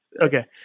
Okay